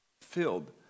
filled